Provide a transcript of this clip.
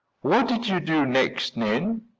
what did you do next, nan?